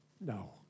No